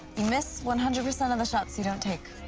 you miss one hundred percent of the shots you don't take.